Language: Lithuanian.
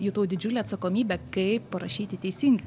jutau didžiulę atsakomybę kaip parašyti teisingai